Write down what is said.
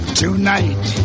tonight